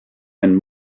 and